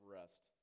rest